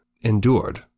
endured